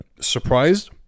Surprised